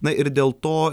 na ir dėl to